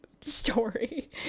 story